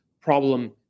problem